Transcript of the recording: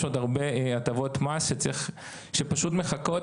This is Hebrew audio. יש עוד הרבה הטבות מס שפשוט מחכות.